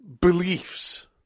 beliefs